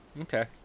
Okay